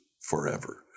forever